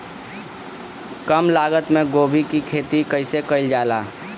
कम लागत मे गोभी की खेती कइसे कइल जाला?